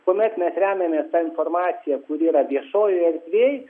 tuomet mes remiamės ta informacija kuri yra viešojoj erdvėj